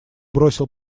бросил